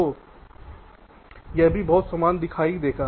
तो यह भी बहुत समान दिखाई देगा